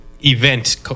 event